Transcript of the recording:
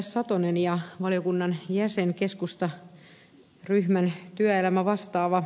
satonen ja valiokunnan jäsen keskustaryhmän työelämävastaava ed